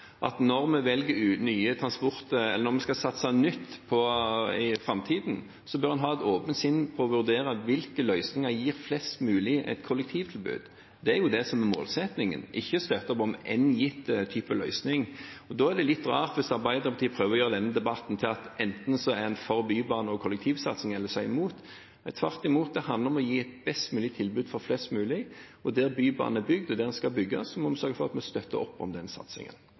at når vi skal satse nytt i framtiden, bør vi ha et åpent sinn for å vurdere hvilke løsninger som gir flest mulig et kollektivtilbud. Det er jo det som er målsettingen – ikke å støtte opp om en gitt type løsning. Da er det litt rart hvis Arbeiderpartiet prøver å gjøre denne debatten til at enten er en for bybane og kollektivsatsing, eller så er en imot. Tvert imot handler det om å gi et best mulig tilbud for flest mulig. Der Bybanen er bygd, og der den skal bygges, må vi sørge for at vi støtter opp om den satsingen.